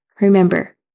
Remember